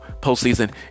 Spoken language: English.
postseason